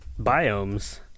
Biomes